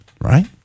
right